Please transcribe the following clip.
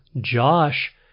Josh